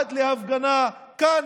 עד להפגנה כאן,